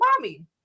Mommy